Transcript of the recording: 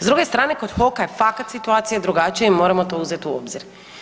S druge strane, kod HOK-a je fakat situacija drugačija i moramo to uzet u obzir.